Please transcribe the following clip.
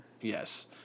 Yes